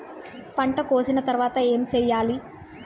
పంట కోసిన తర్వాత ఏం చెయ్యాలి?